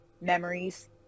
memories